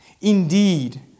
Indeed